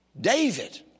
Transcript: David